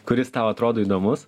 kuris tau atrodo įdomus